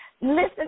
Listen